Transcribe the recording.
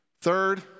Third